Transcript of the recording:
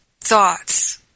thoughts